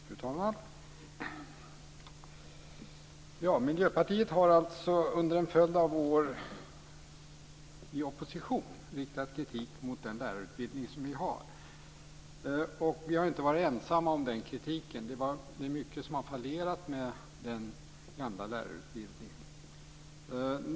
Fru talman! Miljöpartiet har under en följd av år i opposition riktat kritik mot den lärarutbildning som vi har. Vi har inte varit ensamma om den kritiken. Det är mycket som har fallerat med den gamla lärarutbildningen.